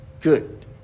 Good